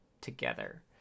together